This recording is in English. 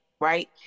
right